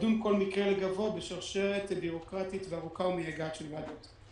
לדון בכל מקרה לגופו בשרשרת בירוקרטית ארוכה ומייגעת של ועדות.